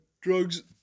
drugs